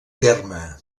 terme